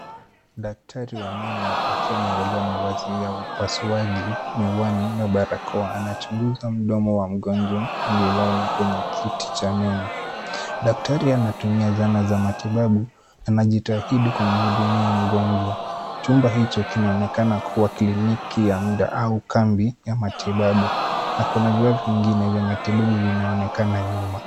Daktari wa meno akiwa amevalia mavazi ya upasuaji, miwani na barakoa, anachunguza mdomo wa mgonjwa aliyelala kwenye kiti cha meno. Daktari anatumia zana za matibabu, anajitahidi kumhudumia mgonjwa. Chumba hicho kinaonekana kuwa kliniki ya muda au kambi ya matibabu na kuna vifaa vingine vya matibabu vinaonekana nyuma.